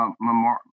memorial